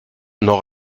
noch